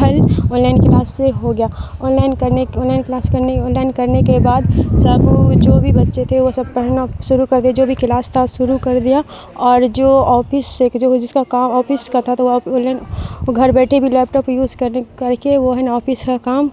حل online class سے ہو گیا آن لائن کرنے کے آن لائن کلاس کرنے آن لائن کرنے کے بعد سب جو بھی بچے تھے وہ سب پڑھنا شروع کر دیا جو بھی کلاس تھا شروع کر دیا اور جو آفس سے کہ جو جس کا کام آفس کا تھا تو وہ اب آن لائن وہ گھر بیٹھے بھی لیپ ٹاپ یوز کرنے کر کے وہ ہے نا آفس کا کام